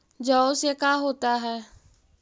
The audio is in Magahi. जौ से का होता है?